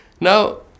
Now